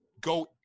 go